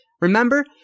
Remember